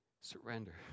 surrender